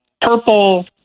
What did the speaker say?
purple